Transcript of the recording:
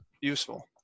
useful